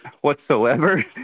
whatsoever